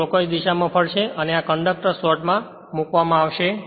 તેથી તે ક્લોક્વાઇસ દિશામાં ફરશે અને આ કંડક્ટર સ્લોટમાં મૂકવામાં આવશે